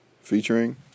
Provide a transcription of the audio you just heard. featuring